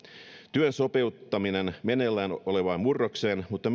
työn sopeuttaminen meneillään olevaan murrokseen mutta